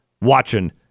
watching